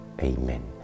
Amen